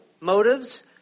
motives